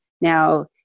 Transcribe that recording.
Now